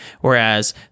Whereas